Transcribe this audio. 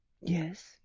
Yes